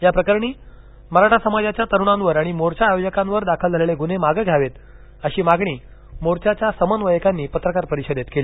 या प्रकरणी मराठा समाजाच्या तरुणांवर आणि मोर्चा आयोजकांवर दाखल झालेले गुन्हे मागे घ्यावेत अशी मागणी मोर्चाच्या समन्वयकांनी पत्रकार परिषदेत केली